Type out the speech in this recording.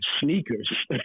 sneakers